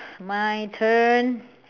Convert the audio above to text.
my turn